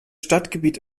stadtgebiet